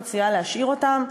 אני מציעה להשאיר אותן,